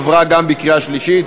עברה גם בקריאה שלישית,